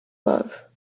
love